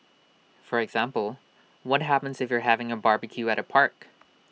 for example what happens if you're having A barbecue at A park